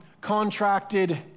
contracted